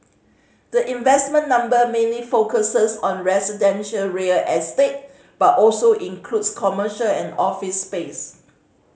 the investment number mainly focuses on residential real estate but also includes commercial and office space